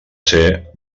ser